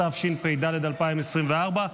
התשפ"ד 2024,